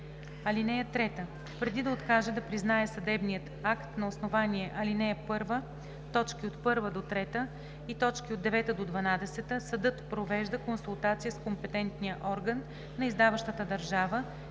(3) Преди да откаже да признае съдебния акт на основание ал. 1, т. 1 – 3 и т. 9 – 12, съдът провежда консултация с компетентния орган на издаващата държава